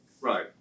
right